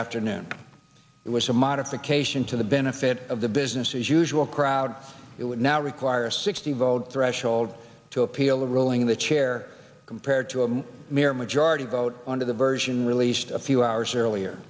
afternoon it was a modification to the benefit of the business as usual crowd it would now require a sixty vote threshold to appeal the ruling in the chair compared to a mere majority vote under the version released a few hours earlier